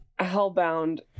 Hellbound